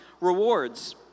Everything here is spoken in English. rewards